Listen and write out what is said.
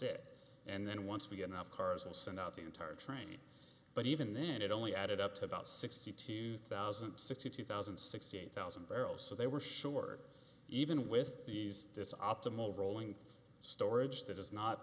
sit and then once we get enough cars we'll send out the entire train but even then it only added up to about sixty two thousand sixty thousand sixty eight thousand barrels so they were sure even with these this optimal rolling storage that is not